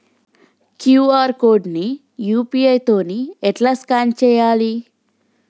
QR code ని UPI తోని ఎట్లా స్కాన్ చేయాలి?